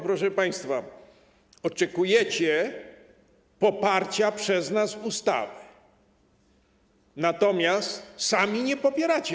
Proszę państwa, oczekujecie poparcia przez nas ustawy, natomiast sami jej nie popieracie.